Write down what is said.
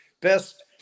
best